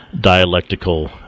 dialectical